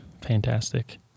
fantastic